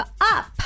up